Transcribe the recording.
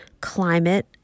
climate